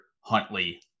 Huntley